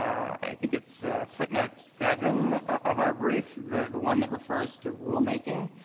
i think it's footnote seven of our brief, the the one that refers to rulemaking,